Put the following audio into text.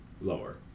Lower